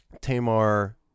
Tamar